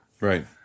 right